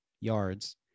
yards